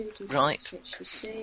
Right